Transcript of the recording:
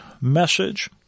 message